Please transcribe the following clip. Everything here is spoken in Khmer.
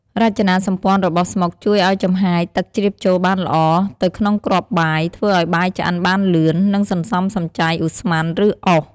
រចនាសម្ព័ន្ធរបស់ស្មុកជួយឲ្យចំហាយទឹកជ្រាបចូលបានល្អទៅក្នុងគ្រាប់បាយ ធ្វើឲ្យបាយឆ្អិនបានលឿន និងសន្សំសំចៃឧស្ម័ន ឬអុស។